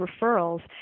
referrals